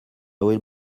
will